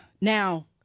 now